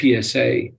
PSA